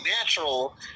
natural